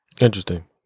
Interesting